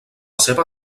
seva